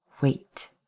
Wait